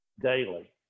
daily